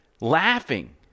Laughing